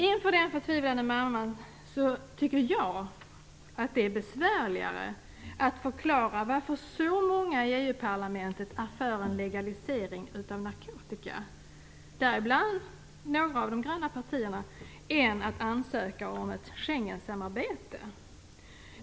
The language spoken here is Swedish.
Jag tycker att det är besvärligare att inför den förtvivlade mamman förklara varför så många i EU-parlamentet är för en legalisering av narkotika, däribland några av de gröna partierna, än att ansöka om ett Schengensamarbete.